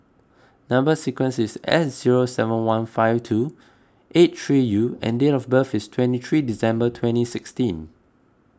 Number Sequence is S zero seven one five two eight three U and date of birth is twenty three December twenty sixteen